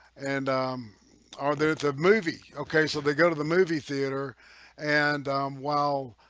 and are there it's a movie, okay? so they go to the movie theater and while?